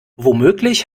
womöglich